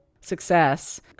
success